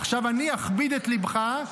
עכשיו אני אכביד את ליבך,